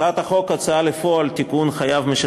הצעת חוק ההוצאה לפועל (תיקון,